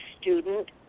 student